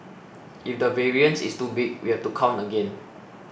if the variance is too big we have to count again